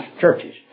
churches